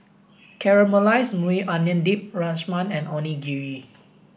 Caramelized Maui Onion Dip Rajma and Onigiri